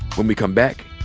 when we come back,